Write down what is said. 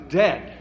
dead